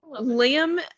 Liam